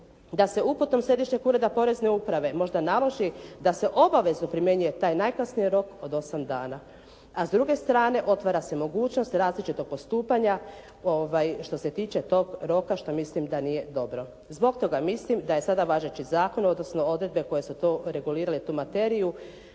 da se uputom Središnjeg ureda Porezne uprave možda naloži da se obavezno primjenjuje taj najkasnije rok od 8 dana. A s druge strane, otvara se mogućnost različitog postupanja što se tiče tog roka što mislim da nije dobro. Zbog toga mislim da je sada važeći zakon odnosno odredbe koje su to regulirale tu materiju